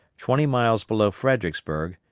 twenty miles below fredericksburg,